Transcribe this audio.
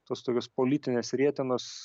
pastovios politinės rietenos